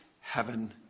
heaven